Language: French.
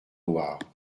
loire